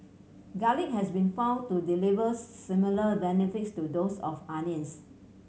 garlic has been found to deliver similar benefits to those of onions